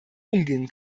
umgehen